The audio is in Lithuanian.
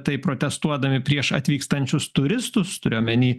taip protestuodami prieš atvykstančius turistus turiu omeny